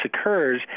occurs